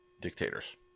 dictators